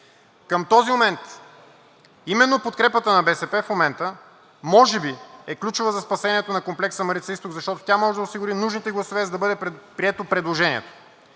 Към този момент именно подкрепата на БСП може би е ключова за спасението на комплекса „Марица изток“, защото тя може да осигури нужните гласове, за да бъде прието предложението.